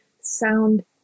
Sound